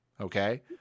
okay